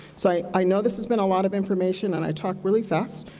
so, i know this has been a lot of information, and i talk really fast.